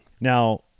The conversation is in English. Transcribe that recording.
Now